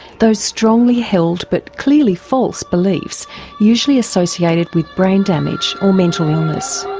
those strongly held but clearly false beliefs usually associated with brain damage or mental illness.